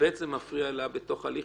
וכן זה מפריע לה בתוך הדברים,